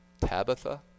Tabitha